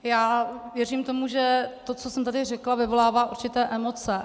Já věřím tomu, že to, co jsem tady řekla, vyvolává určité emoce.